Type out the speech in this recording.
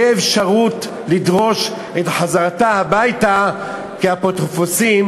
להם אפשרות לדרוש את חזרתה הביתה כאפוטרופוסים,